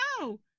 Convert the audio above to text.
No